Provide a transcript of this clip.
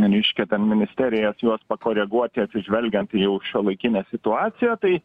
reiškia ten ministerijas juos pakoreguoti atsižvelgiant jau į šiuolaikines situacijas tai